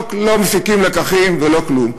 לא מפיקים לקחים ולא כלום.